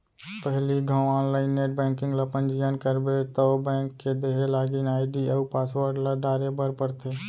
पहिली घौं online net banking ल पंजीयन करबे तौ बेंक के देहे लागिन आईडी अउ पासवर्ड ल डारे बर परथे